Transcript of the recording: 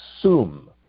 assume